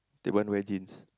that one wear jeans